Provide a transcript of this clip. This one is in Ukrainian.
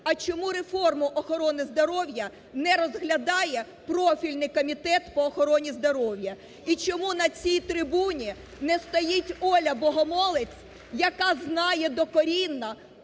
а чому реформу охорони здоров'я не розглядає профільний Комітет по охороні здоров'я? І чому на цій трибуні не стоїть Оля Богомолець, яка знає докорінно